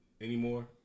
anymore